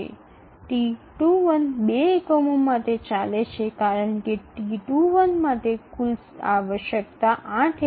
T21 টি ২ টি ইউনিটের জন্য চলে কারণ T21 এর মোট প্রয়োজন ৮ ইউনিট